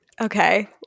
Okay